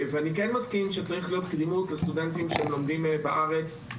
אני כן מסכים שצריכה להיות קדימות לסטודנטים שלומדים בארץ,